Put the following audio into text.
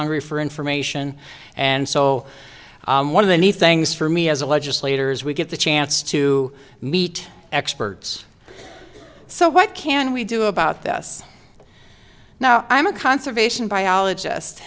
hungry for information and so one of the neat things for me as a legislator as we get the chance to meet experts so what can we do about this now i'm a conservation biologist